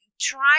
try